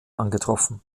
angetroffen